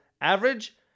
average